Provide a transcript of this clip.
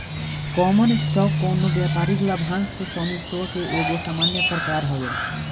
common stock कवनो व्यापारिक लाभांश के स्वामित्व के एगो सामान्य प्रकार हवे